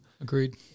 Agreed